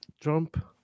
Trump